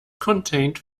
contained